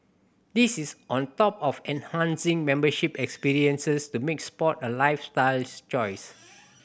this is on top of enhancing membership experiences to make sport a lifestyles choice